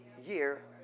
year